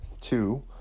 Two